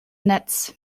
netz